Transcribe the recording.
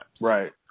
right